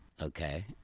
Okay